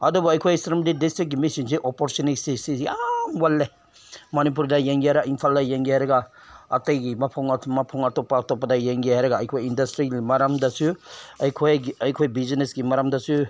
ꯑꯗꯨꯕꯨ ꯑꯩꯈꯣꯏ ꯁꯦꯅꯥꯄꯇꯤ ꯗꯤꯁꯇ꯭ꯔꯤꯛꯀꯤ ꯃꯤꯁꯤꯡꯁꯦ ꯑꯣꯄꯣꯔꯆꯨꯅꯤꯇꯤꯁꯤ ꯌꯥꯝ ꯋꯥꯠꯂꯦ ꯃꯅꯤꯄꯨꯔꯗ ꯌꯦꯡꯒꯦꯔ ꯏꯝꯐꯥꯜꯗ ꯌꯦꯡꯒꯦ ꯍꯥꯏꯔꯒ ꯑꯇꯩꯒꯤ ꯃꯐꯝꯒ ꯃꯐꯝ ꯑꯇꯣꯞ ꯑꯇꯣꯞꯄꯗ ꯌꯦꯡꯒꯦ ꯍꯥꯏꯔꯒ ꯑꯩꯈꯣꯏ ꯏꯟꯗꯁꯇ꯭ꯔꯤꯒꯤ ꯃꯔꯝꯗꯁꯨ ꯑꯩꯈꯣꯏꯒꯤ ꯑꯩꯈꯣꯏ ꯕꯤꯖꯤꯅꯦꯖꯀꯤ ꯃꯔꯝꯗꯁꯨ